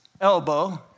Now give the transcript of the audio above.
elbow